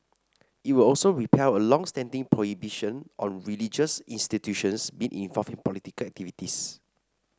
it would also repeal a long standing prohibition on religious institutions being involved in political activities